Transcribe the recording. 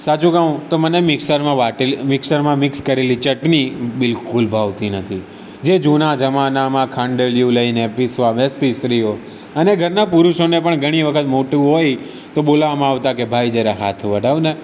સાચું કહું તો મને મિક્સરમાં વાટેલી મિક્સરમાં મિક્સ કરેલી ચટણી બિલકુલ ભાવતી નથી જે જૂના જમાનામાં ખાંડલીયું લઈને પીસવા બેસતી સ્ત્રીઓ અને ઘરના પુરુષોને પણ ઘણીવાર મોટું હોય તો બોલાવવામાં આવતા કે ભાઈ જરા હાથ વટાવને